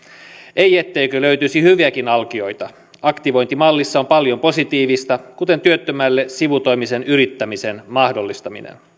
ei etteikö löytyisi hyviäkin alkioita aktivointimallissa on paljon positiivista kuten työttömälle sivutoimisen yrittämisen mahdollistaminen